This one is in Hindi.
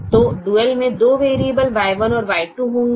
तो डुअल में दो वैरिएबल Y1 और Y2 होंगे